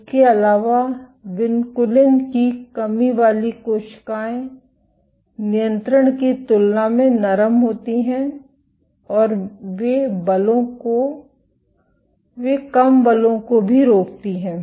इसके अलावा विनकुलिन की कमी वाली कोशिकाएं नियंत्रण की तुलना में नरम होती हैं और वे कम बलों को भी रोकती हैं